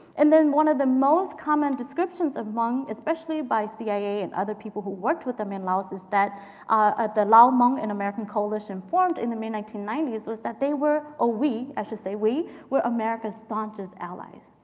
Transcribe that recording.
and then one of the most common descriptions of hmong, especially by cia and other people who worked with them in laos is that ah the lao hmong in american coalition formed in the mid nineteen ninety s was that they were or ah we i should say we were america's staunchest allies.